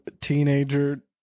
teenager